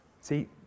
see